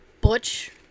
Butch